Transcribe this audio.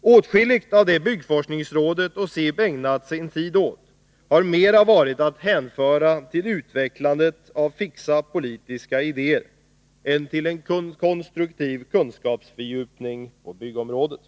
Åtskilligt av det byggforskningsrådet och SIB ägnat sin tid åt har mer varit att hänföra till utvecklandet av fixa politiska idéer än till en konstruktiv kunskapsfördjupning på byggområdet.